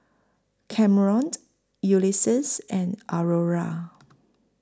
Camron Ulysses and Aurora